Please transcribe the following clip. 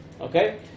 Okay